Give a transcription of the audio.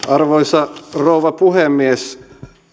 arvoisa rouva puhemies